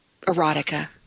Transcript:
erotica